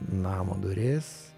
namo duris